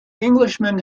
englishman